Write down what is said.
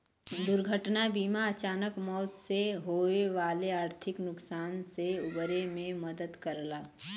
दुर्घटना बीमा अचानक मौत से होये वाले आर्थिक नुकसान से उबरे में मदद करला